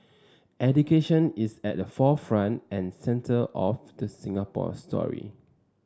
education is at the forefront and centre of the Singapore story